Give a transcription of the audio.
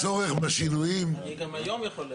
הרבה צווים בסוף